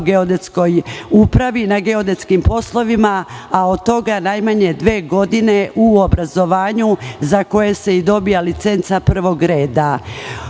geodetskoj upravi na geodetskim poslovima, a od toga najmanje dve godine u obrazovanju za koje se dobija licenca prvog reda. Ovim